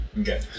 Okay